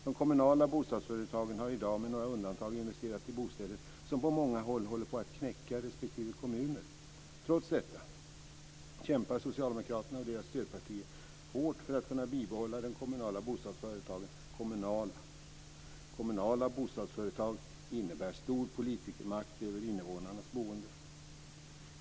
De kommunala bostadsföretagen har i dag med några undantag investerat i bostäder som på många håll håller på att knäcka respektive kommuner. Trots detta kämpar socialdemokraterna och deras stödpartier hårt för att kunna behålla de kommunala bostadsföretagen kommunala. Kommunala bostadsföretag innebär stor politikermakt över invånarnas boende.